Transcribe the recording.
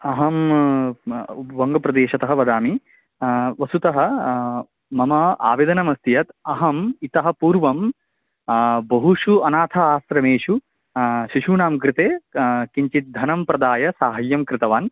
अहं म् वङ्गप्रदेशतः वदामि वस्तुतः मम आवेदनम् अस्ति यत् अहम् इतः पूर्वं बहुषु अनाथाश्रमेषु शिशूनां कृते क किञ्चिद्धनं प्रदाय सहायं कृतवान्